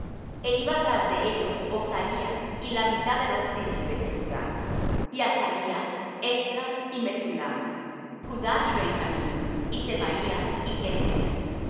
e iba tras de ellos osaías y la mitad de los príncipes de judá y azarías esdras y mesullam judá y benjamín y semaías y jeremías